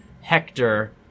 Hector